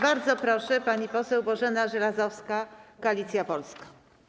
Bardzo proszę, pani poseł Bożena Żelazowska, Koalicja Polska.